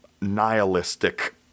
nihilistic